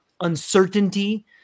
uncertainty